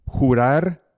Jurar